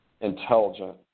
intelligent